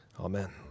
Amen